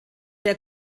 der